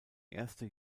erste